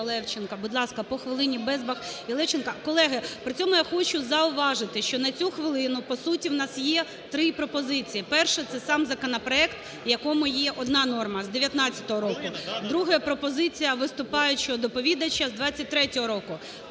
Левченко. Будь ласка, по хвилині Безбах і Левченко. Колеги, при цьому, я хочу зауважити, що на цю хвилину по суті в нас є три пропозиції. Перша – це сам законопроект, в якому є одна норма: з 2019 року. Друга пропозиція виступаючого доповідача: з 2023 року.